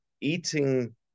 eating